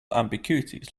ambiguities